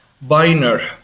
binary